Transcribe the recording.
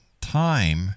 time